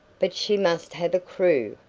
but she must have a crew,